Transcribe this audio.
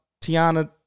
Tiana